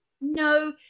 No